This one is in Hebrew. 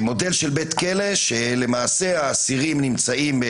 מודל של בית כלא שהאסירים נמצאים